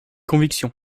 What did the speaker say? conviction